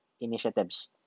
initiatives